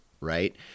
right